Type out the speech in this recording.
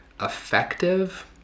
effective